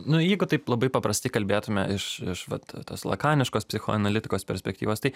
nu jeigu taip labai paprastai kalbėtume iš iš vat tos lakaniškos psichoanalitikos perspektyvos tai